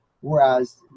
whereas